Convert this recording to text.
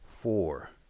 four